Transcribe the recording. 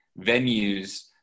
venues